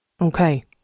okay